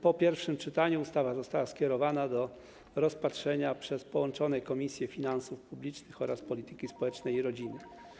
Po pierwszym czytaniu ustawa została skierowana do rozpatrzenia przez połączone Komisje: Finansów Publicznych oraz Polityki Społecznej i Rodziny.